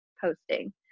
posting